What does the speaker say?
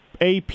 AP